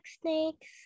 snakes